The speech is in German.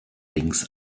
links